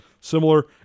similar